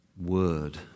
word